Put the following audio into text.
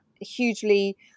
hugely